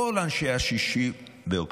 כל אנשי 6 באוקטובר,